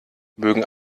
mögen